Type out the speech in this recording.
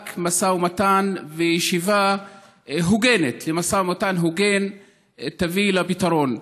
רק משא ומתן וישיבה הוגנת למשא ומתן הוגן תביא לפתרון.